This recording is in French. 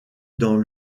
dans